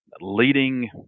leading